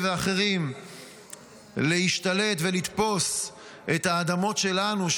ואחרים להשתלט ולתפוס את האדמות שלנו,